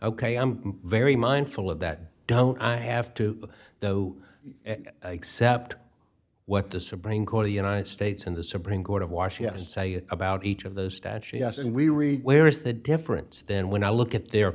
ok i'm very mindful of that don't i have to though except what the supreme court the united states and the supreme court of washington say about each of those statues yes and we read where is the difference then when i look at their